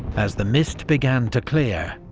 as the mist began to clear,